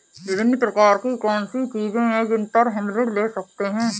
विभिन्न प्रकार की कौन सी चीजें हैं जिन पर हम ऋण ले सकते हैं?